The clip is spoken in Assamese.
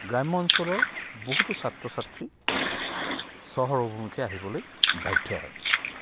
গ্ৰাম্য অঞ্চলৰ বহুতো ছাত্ৰ ছাত্ৰী চহৰ অভিমুখে আহিবলৈ বাধ্য হয়